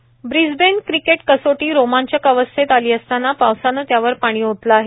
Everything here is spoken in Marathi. क्रिकेट ब्रिस्बेन क्रिकेट कसोटी रोमांचक अवस्थेत आली असताना पावसानं त्यावर पाणी ओतलं आहे